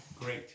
Great